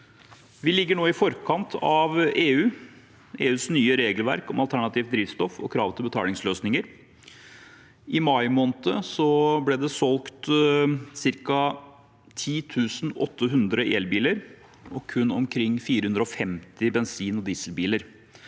Vi ligger nå i forkant av EUs nye regelverk om alternativt drivstoff og krav til betalingsløsninger. I mai måned ble det solgt ca. 10 800 elbiler, og kun omkring 450 bensin- og dieselbiler.